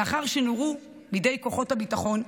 לאחר שנורו בידי כוחות הביטחון,